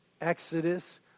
Exodus